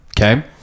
Okay